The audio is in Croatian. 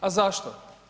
A zašto?